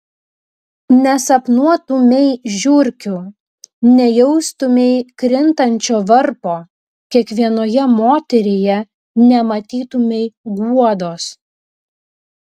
nesapnuotumei žiurkių nejaustumei krintančio varpo kiekvienoje moteryje nematytumei guodos